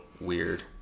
weird